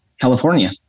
California